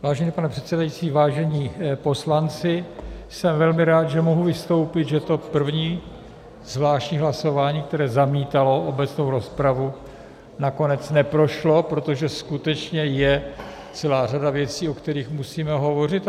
Vážený pane předsedající, vážení poslanci, jsem velmi rád, že mohu vystoupit, že to první, zvláštní hlasování, které zamítalo obecnou rozpravu, nakonec neprošlo, protože skutečně je celá řada věcí, o kterých musíme hovořit.